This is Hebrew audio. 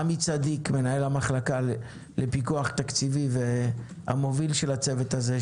עמי צדיק מנהל המחלקה לפיקוח תקציבי והמוביל של הצוות הזה,